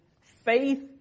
faith